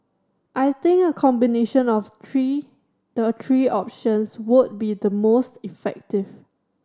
I think a combination of three the three options would be the most effective